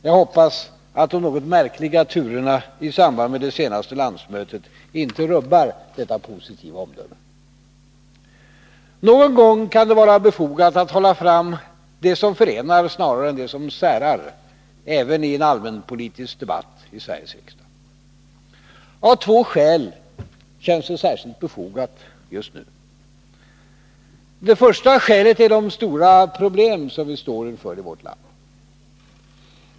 Jag hoppas att de något märkliga turerna i samband med det senaste landsmötet inte rubbar detta positiva omdöme. Någon gång kan det vara befogat att hålla fram det som förenar snarare än det som särar, även i en allmänpolitisk debatt i Sveriges riksdag. Av två skäl känns det särskilt befogat nu. Det första skälet är de stora problem vi står inför i vårt land.